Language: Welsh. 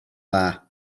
dda